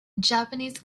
japanese